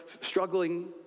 struggling